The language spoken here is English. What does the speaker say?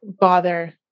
bother